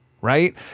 Right